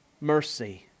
mercy